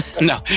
No